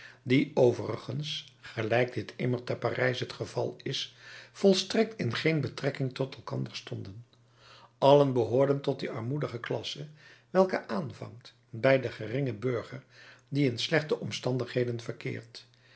die overigens gelijk dit immer te parijs het geval is volstrekt in geen betrekking tot elkander stonden allen behoorden tot die armoedige klasse welke aanvangt bij den geringen burger die in slechte omstandigheden verkeert